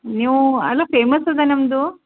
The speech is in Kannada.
ನೀವೂ ಅಲ್ವ ಫೇಮಸ್ ಅದಾ ನಮ್ಮದು